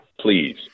Please